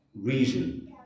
reason